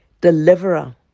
deliverer